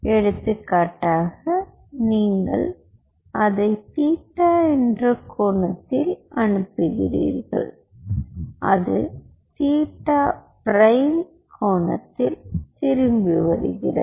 எடுத்துக்காட்டாக நீங்கள் அதை தீட்டா என்ற கோணத்தில் அனுப்புகிறீர்கள் அது தீட்டா பிரைம் கோணத்தில் திரும்பி வருகிறது